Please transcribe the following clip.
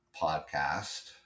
podcast